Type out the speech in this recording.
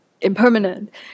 Impermanent